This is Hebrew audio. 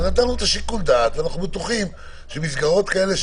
אז נתנו את שיקול הדעת ואנחנו בטוחים שמסגרות כאלה,